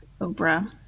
Oprah